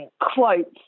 quotes